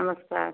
नमस्कार